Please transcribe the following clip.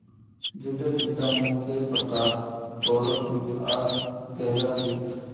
जूटेर दिता मुख्य प्रकार, गोरो जूट आर गहरा जूट